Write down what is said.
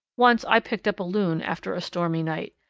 once i picked up a loon after a stormy night.